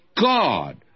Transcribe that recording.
God